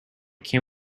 can